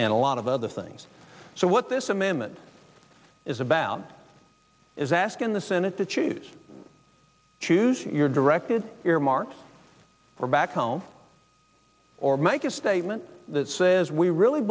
and a lot of other things so what this amendment is about is asking the senate to choose choose your directed earmarks or back home or make a statement that says we really